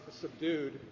subdued